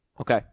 Okay